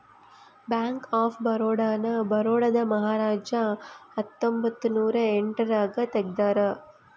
bank of Baroda ನ ಬರೋಡಾದ ಮಹಾರಾಜ ಹತ್ತೊಂಬತ್ತ ನೂರ ಎಂಟ್ ರಾಗ ತೆಗ್ದಾರ